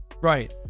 right